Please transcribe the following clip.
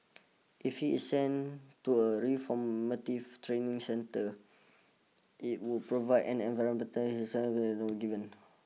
if he is sent to a reformative training centre it would provide an environment his given